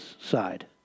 side